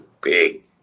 big